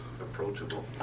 Approachable